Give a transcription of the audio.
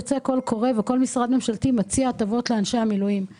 לא רק עם מערכת הביטחון כפי